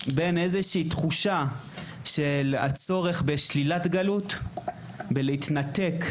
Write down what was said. בין איזו שהיא תחושה של הצורך בשלילת גלות; בהתנתקות